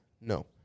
No